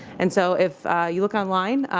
and so, if you look online,